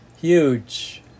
huge